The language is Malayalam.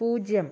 പൂജ്യം